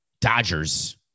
Dodgers